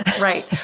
right